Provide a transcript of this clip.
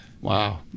Wow